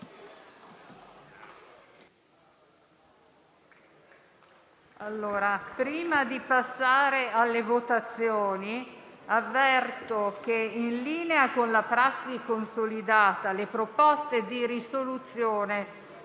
Prima di passare alle votazioni, avverto che, in linea con una prassi consolidata, le proposte di risoluzione